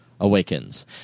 awakens